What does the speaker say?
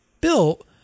built